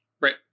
Right